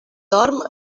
dorm